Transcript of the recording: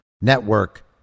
network